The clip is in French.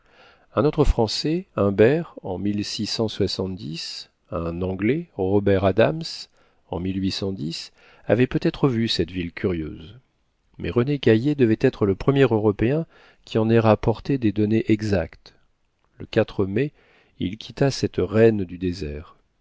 un autre français imbert en un anglais robert adams en avaient peut-être vu cette ville curieuse mais rené caillié devait être le premier européen qui en ait rapporté des données exactes le mai il quitta cette reine du désert